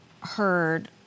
heard